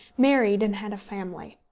married and had a family!